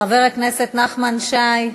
חבר הכנסת נחמן שי,